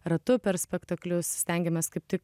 ratu per spektaklius stengiamės kaip tik